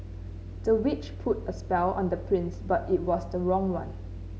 the witch put a spell on the prince but it was the wrong one